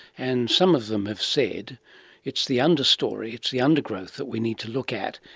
and some of them have said it's the understory, it's the undergrowth that we need to look at,